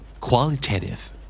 Qualitative